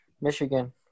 Michigan